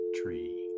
tree